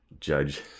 judge